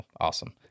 Awesome